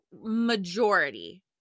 majority